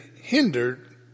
Hindered